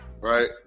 right